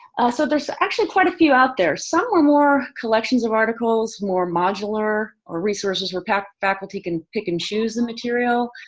so there's actually quite a few out there. some are more collections of articles, more modular or resources where faculty can pick and choose the material.